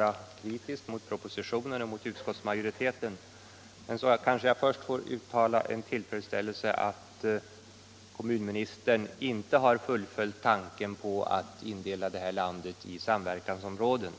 är kritisk mot propositionen och utskottsmajoritetens uppfattning, kanske jag får uttala min tillfredsställelse över att kommunministern inte har fullföljt tanken på att indela landet i samverkansområden.